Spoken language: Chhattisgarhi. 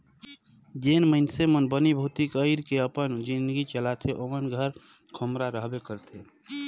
जेन मइनसे मन बनी भूती कइर के अपन जिनगी चलाथे ओमन कर घरे खोम्हरा रहबे करथे